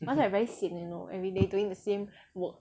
cause I very 闲 you know everyday doing the same work